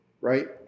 right